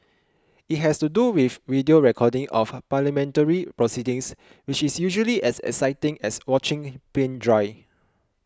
it has to do with video recordings of parliamentary proceedings which is usually as exciting as watching paint dry